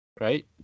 Right